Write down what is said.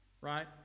Right